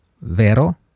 vero